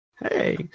Hey